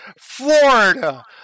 Florida